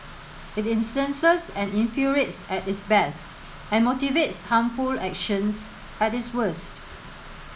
it incenses and infuriates at its best and motivates harmful actions at its worst